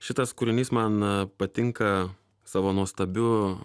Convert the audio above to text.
šitas kūrinys man patinka savo nuostabiu